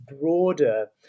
broader